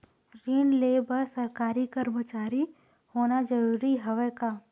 ऋण ले बर सरकारी कर्मचारी होना जरूरी हवय का?